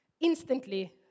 Instantly